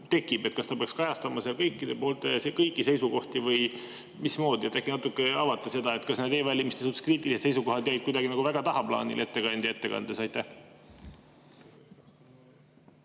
tekib, kas ta peaks kajastama seal kõikide poolte ja kõiki seisukohti või mismoodi? Äkki natuke avate seda, kas need e-valimiste suhtes kriitilised seisukohad jäid kuidagi väga tagaplaanile ettekandja ettekandes? Aitäh!